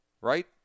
right